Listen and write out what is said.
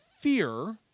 fear